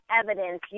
evidence